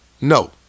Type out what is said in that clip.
No